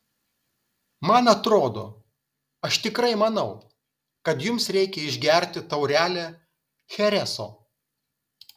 man atrodo aš tikrai manau kad jums reikia išgerti taurelę chereso